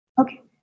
Okay